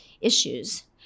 issues